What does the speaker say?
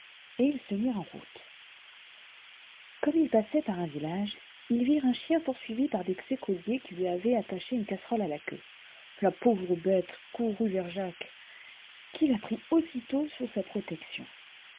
et ils se mirent en route comme ls passaient par un village ils virent un chien poursuivi par des écoliers qui lui avaient attaché une casserole à la queue la pauvre bête courut vers jacques qui la prit aussitôt sous sa protec